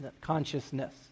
consciousness